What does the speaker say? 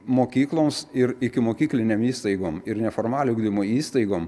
mokykloms ir ikimokyklinėm įstaigom ir neformaliojo ugdymo įstaigom